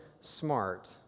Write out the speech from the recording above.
smart